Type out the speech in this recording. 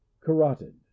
carotid